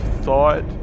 thought